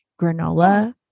granola